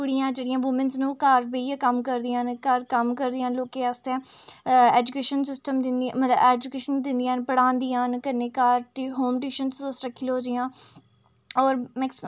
कुड़ियां जेह्ड़ियां वूमेंस न ओह् घर बेहियै कम्म करदियां न घर कम्म करदियां न लोकें आस्तै एजुकेशन सिस्टम मतलब एजुकेशन दिंदियां न पढ़ांदियां न कन्नै घर होम ट्यूशन्स तुस रक्खी लैओ जि'यां होर मैक्सिमम